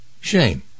shame